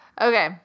Okay